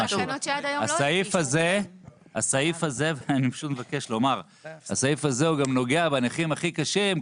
הסעיף הזה הוא גם נוגע בנכים הכי קשים,